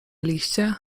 liście